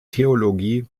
theologie